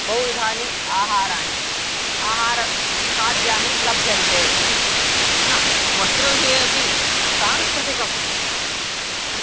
बहुविधानि आहाराणि आहारखाद्यानि लभ्यन्ते इति पुनः वस्त्रविषये अपि सांस्कृतिकं